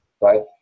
right